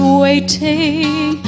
waiting